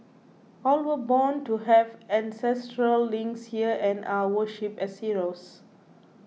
all were born to have ancestral links here and are worshipped as heroes